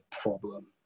problem